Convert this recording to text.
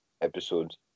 episodes